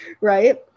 right